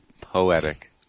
Poetic